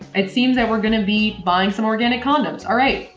it seems that we're gonna be buying some organic condoms, alright.